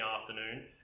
afternoon